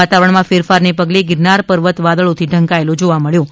વાતાવરણમાં ફેરફારના પગલે ગિરનાર પર્વત વાદળો થી ઢંકાયેલો જોવા મળ્યો હતો